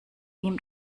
ihm